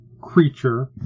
creature